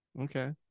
okay